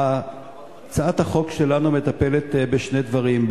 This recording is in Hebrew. הצעת החוק שלנו מטפלת בשני דברים.